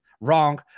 Wrong